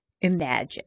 imagine